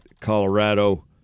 Colorado